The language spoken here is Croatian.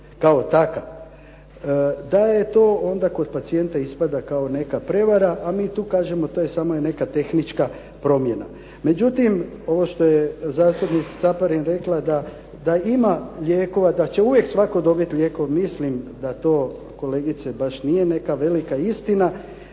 kao takav. Da je to onda kod pacijenata ispada kao neka prijevara, a mi tu kažemo to je samo neka tehnička promjena. Međutim, ovo što je zastupnica Caparin rekla da ima lijekova, da će uvijek svatko dobiti lijekove, misli da to kolegice baš nije neka velika istina,